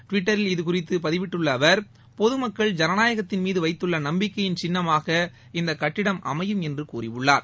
டுவிட்டரில் இதுகுறித்து பதிவிட்டுள்ள அவர் பொதுமக்கள் ஜனநாயகத்தின் மீது வைத்துள்ள நம்பிக்கையின் சின்னமாக இந்த கட்டிடம் அமையும் என்று அவர் கூறியுள்ளார்